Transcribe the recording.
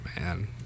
man